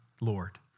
Lord